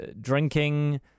drinking